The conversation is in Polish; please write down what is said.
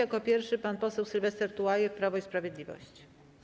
Jako pierwszy pan poseł Sylwester Tułajew, Prawo i Sprawiedliwość.